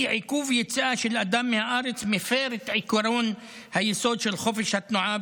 כי עיכוב יציאה של אדם מהארץ מפר את עקרון היסוד של חופש התנועה,